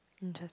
just